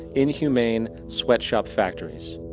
inhuman sweetshop-factorys,